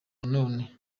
nanone